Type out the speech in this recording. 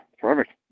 perfect